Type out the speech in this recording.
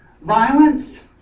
violence